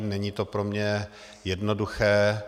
Není to pro mě jednoduché.